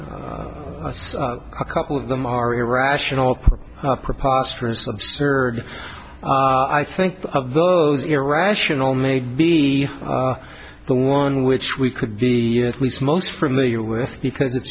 and a couple of them are irrational preposterous absurd i think those irrational may be the one which we could be at least most familiar with because it